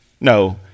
No